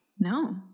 No